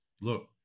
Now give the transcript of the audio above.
look